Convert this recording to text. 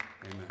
Amen